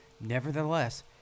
Nevertheless